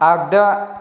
आगदा